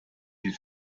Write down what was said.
wie